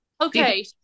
Okay